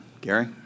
Gary